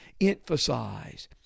emphasize